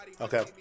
Okay